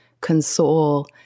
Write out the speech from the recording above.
console